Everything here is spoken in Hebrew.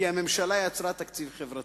כי הממשלה יצרה תקציב חברתי.